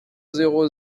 zéro